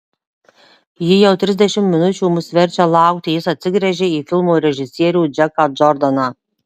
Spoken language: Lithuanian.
ji jau trisdešimt minučių mus verčia laukti jis atsigręžė į filmo režisierių džeką džordaną